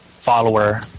follower